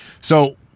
So-